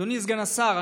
אדוני סגן השר,